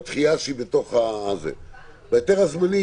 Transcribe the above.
ההיתר הזמני,